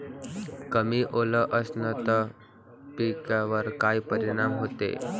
कमी ओल असनं त पिकावर काय परिनाम होते?